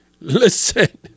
listen